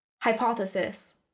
Hypothesis